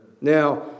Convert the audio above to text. Now